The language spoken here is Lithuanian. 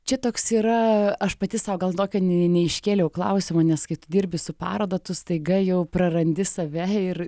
čia toks yra aš pati sau gal tokio neiškėliau klausimo nes kai tu dirbi su paroda tu staiga jau prarandi save ir